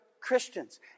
Christians